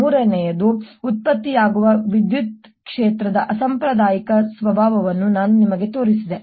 ಮೂರನೆಯದು ಉತ್ಪತ್ತಿಯಾಗುವ ವಿದ್ಯುತ್ ಕ್ಷೇತ್ರದ ಅಸಾಂಪ್ರದಾಯಿಕ ಸ್ವಭಾವವನ್ನು ನಾನು ನಿಮಗೆ ತೋರಿಸಿದೆ